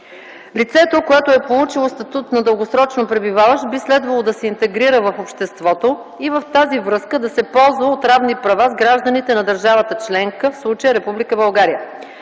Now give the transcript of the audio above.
Лицето, което е получило статут на дългосрочно пребиваващ, би следвало да се интегрира в обществото и в тази връзка да се ползва от равни права с гражданите на държавата членка, в случая Република